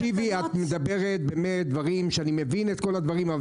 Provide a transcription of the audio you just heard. אני מבין את הדברים שאת אומרת,